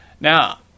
Now